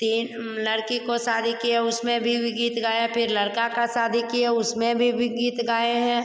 तीन लड़की को शादी किए उसमें भी भी गीत गाया फिर लड़के का शादी किए उसमें भी भी गीत गाए हैं